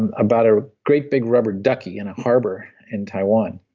and about a great big rubber ducky in a harbor in taiwan,